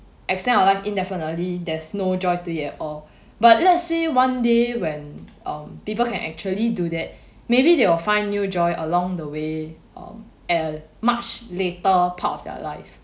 extend our life indefinitely there's no joy to you at all but let's see one day when um people can actually do that maybe they will find new joy along the way um at much later part of their life